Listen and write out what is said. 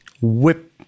whip